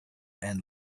and